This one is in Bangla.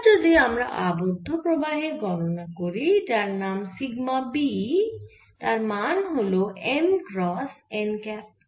এবার যদি আমরা আবদ্ধ প্রবাহের গণনা করি যার নাম সিগমা Bতার মান হল M ক্রস n ক্যাপ